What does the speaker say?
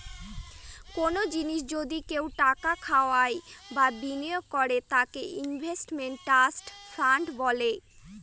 কোনো জিনিসে যদি কেউ টাকা খাটায় বা বিনিয়োগ করে তাকে ইনভেস্টমেন্ট ট্রাস্ট ফান্ড বলে